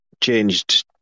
changed